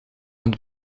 het